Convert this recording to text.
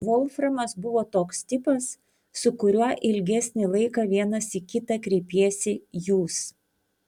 volframas buvo toks tipas su kuriuo ilgesnį laiką vienas į kitą kreipiesi jūs